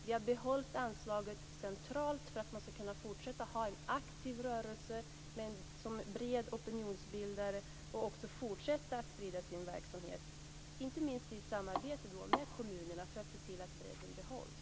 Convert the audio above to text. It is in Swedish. Vi har behållit anslaget centralt för att man skall kunna fortsätta att ha en aktiv rörelse som bred opinionsbildare och fortsätta att sprida sin verksamhet - inte minst i samarbete med kommunerna - för att se till att bredden behålls.